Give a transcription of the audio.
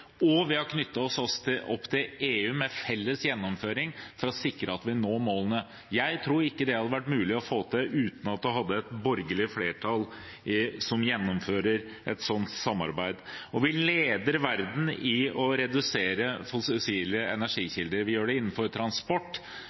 og vi har knyttet oss opp til EU med felles gjennomføring for å sikre at vi når målene. Jeg tror ikke det hadde vært mulig å få til uten å ha et borgerlig flertall som gjennomfører et sånt samarbeid. Vi leder i verden i å redusere fossile energikilder, vi gjør det innenfor transport,